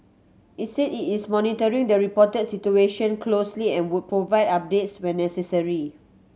it said it is monitoring the reported situation closely and would provide updates when necessary